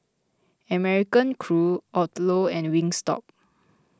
American Crew Odlo and Wingstop